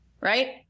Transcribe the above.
right